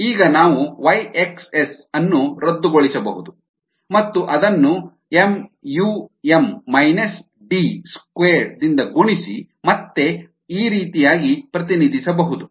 ಈಗ ನಾವು Y x S ಅನ್ನು ರದ್ದುಗೊಳಿಸಬಹುದು ಮತ್ತು ಅದನ್ನು mu m minus D square ದಿಂದ ಗುಣಿಸಿ ಮತ್ತೆ ಈ ರೀತಿಯಾಗಿ ಪ್ರತಿನಿಧಿಸಬಹುದು